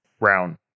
round